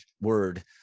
word